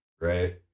right